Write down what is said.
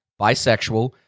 bisexual